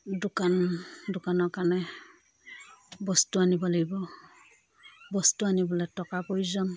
দোকান দোকানৰ কাৰণে বস্তু আনিব লাগিব বস্তু আনিবলে টকা প্ৰয়োজন